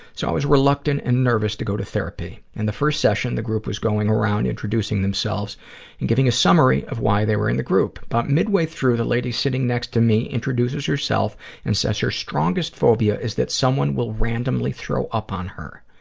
so i was reluctant and nervous to go to therapy. therapy. in and the first session, the group was going around introducing themselves and giving a summary of why they were in the group. but midway through, the lady sitting next to me introduces herself and says her strongest phobia is that someone will randomly throw up on her.